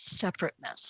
separateness